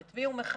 את מי הוא מחייב,